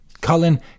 Colin